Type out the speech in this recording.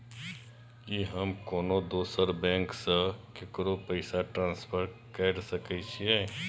की हम कोनो दोसर बैंक से केकरो पैसा ट्रांसफर कैर सकय छियै?